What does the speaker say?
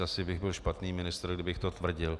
Asi bych byl špatný ministr, kdybych to tvrdil.